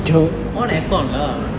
on air con lah